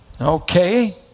Okay